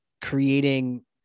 creating